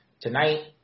Tonight